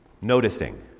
Noticing